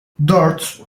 dört